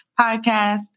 podcast